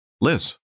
Liz